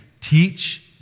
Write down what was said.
Teach